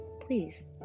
please